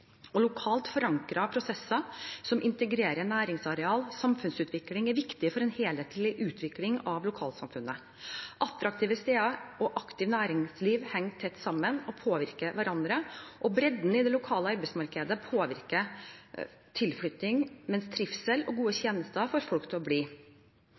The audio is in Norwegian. Lokalt forankrede prosesser som integrerer nærings-, areal- og samfunnsutvikling er viktig for en helhetlig utvikling av lokalsamfunnet. Attraktive steder og aktivt næringsliv henger tett sammen og påvirker hverandre. Bredden i det lokale arbeidsmarkedet påvirker tilflytting, mens trivsel og gode tjenester får folk til å bli.